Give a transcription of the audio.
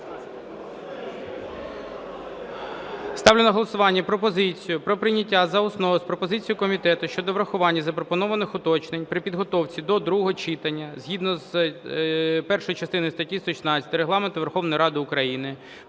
Ставлю на голосування пропозицію про прийняття за основу з пропозицією комітету щодо врахування запропонованих уточнень при підготовці до другого читання згідно з першою частиною статті 116 Регламенту Верховної Ради України